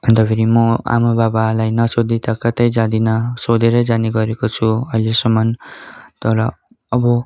अन्त फेरि म आमा बाबालाई नसोधी त कतै जादिनँ सोधेरै जाने गरेको छु अहिलेसम्म तर अब